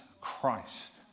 Christ